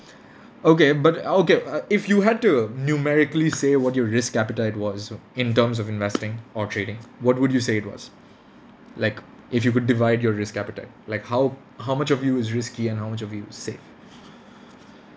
okay but okay uh if you had to numerically say what your risk appetite was in terms of investing or trading what would you say it was like if you could divide your risk appetite like how how much of you is risky and how much of you is safe